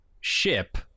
ship